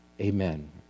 amen